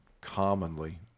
commonly